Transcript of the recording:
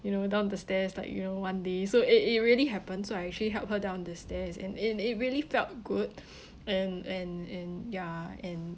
you know down the stairs like you know one day so it it really happened so I actually helped her down the stairs and it it really felt good and and and ya and